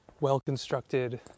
well-constructed